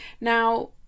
Now